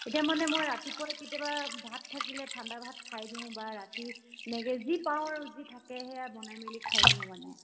এতিয়া মানে মই ৰাতিপুৱাই কেতিয়াবা ভাত থাকিলে ঠাণ্ডা ভাত খাই দিওঁ বা ৰাতি এনেকৈ যি পাওঁ আৰু যি থাকে সেয়া বনাই মেলি খাই দিওঁ মানে